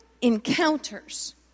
encounters